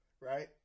Right